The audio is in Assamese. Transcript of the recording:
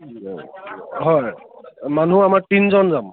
হয় মানুহ আমাৰ তিনিজন যাম